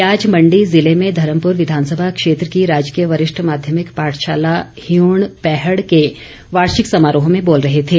वे आज मंडी जिले में धर्मपुर विधानसभा क्षेत्र की राजकीय वरिष्ठ माध्यमिक पाठशाला हियूण पैहड़ के वार्षिक समारोह में बोल रहे थे